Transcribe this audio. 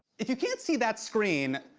if you can't see that screen,